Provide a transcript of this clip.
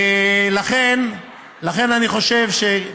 לכן אני חושב, דוד,